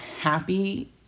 happy